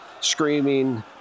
screaming